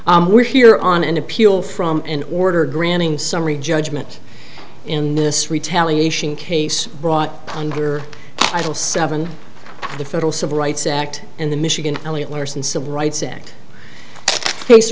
l we're here on an appeal from an order granting summary judgment in this retaliation case brought under idol seven the federal civil rights act and the michigan elliot larson civil rights act t